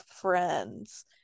friends